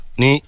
ni